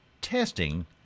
testing